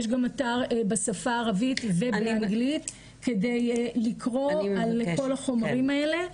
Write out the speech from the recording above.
יש גם אתר בשפה הערבית ובאנגלית כדי לקרוא על כל החומרים האלה.